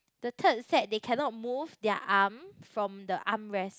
the third set they cannot move their arm from the armrest